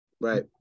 Right